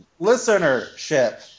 listenership